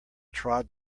trod